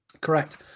Correct